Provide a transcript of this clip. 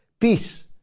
peace